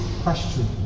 question